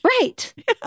Right